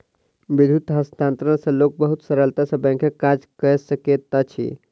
विद्युत हस्तांतरण सॅ लोक बहुत सरलता सॅ बैंकक काज कय सकैत अछि